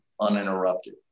uninterrupted